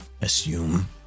assume